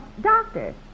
doctor